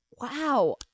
Wow